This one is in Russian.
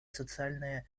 социальная